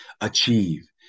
achieve